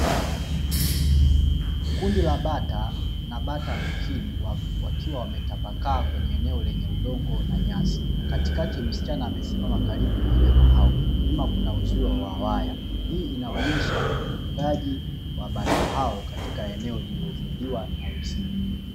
Kundi la bata na bata bukini wakiwa wametapakaa kwenye eneo lenye udongo na nyasi. Katikati msichana amesimama karibu na wanyama hao, nyuma kuna uzio wa waya. Hii inaonyesha ufugaji wa bata hao katika eneo lililozingirwa na uzio.